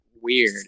weird